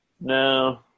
No